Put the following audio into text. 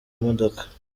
modoka